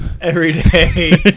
everyday